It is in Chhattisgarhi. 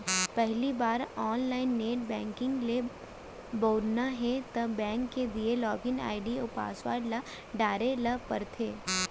पहिली बार ऑनलाइन नेट बेंकिंग ल बउरना हे त बेंक के दिये लॉगिन आईडी अउ पासवर्ड ल डारे ल परथे